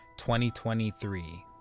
2023